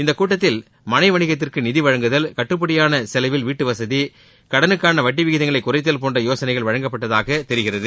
இந்த கூட்டத்தில் மனை வணிகத்திற்கு நிதி வழங்குதல் கட்டுப்படியான செலவில் வீட்டு வசதி கடனுக்கான வட்டி விகிதங்களை குறைத்தல் போன்ற யோசனைகள் வழங்கப்பட்டதாக தெரிகிறது